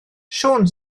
siôn